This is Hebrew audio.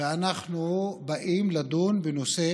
אנחנו באים לדון בנושא